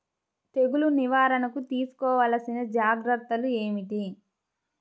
తెగులు నివారణకు తీసుకోవలసిన జాగ్రత్తలు ఏమిటీ?